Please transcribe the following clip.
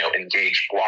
engage